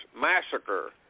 massacre